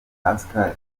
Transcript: pascal